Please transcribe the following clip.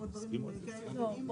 אלו